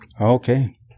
okay